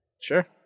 Sure